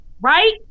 right